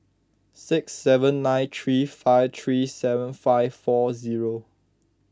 six seven nine three five three seven five four zero